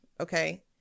okay